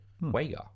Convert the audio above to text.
Wager